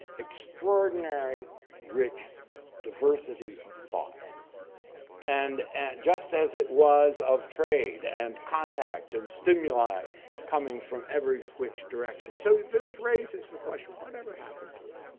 extraordinary rich diversity of thought and and just as it was of trade and contact and stimuli coming from every which direction. so, it does raises the question, whatever happened to it.